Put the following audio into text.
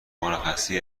مرخصی